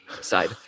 side